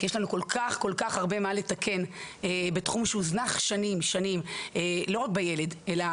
יש לנו כל כך הרבה מה לתקן בתחום שהוזנח שנים לא רק בילד אלא